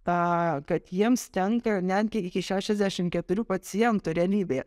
tą kad jiems tenka netgi iki šešiasdešimt keturių pacientų realybė